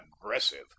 aggressive